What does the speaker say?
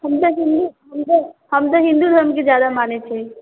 हम तऽ हिन्दू हम तऽ हम तऽ हिन्दू धर्मके ज्यादा मानैत छियै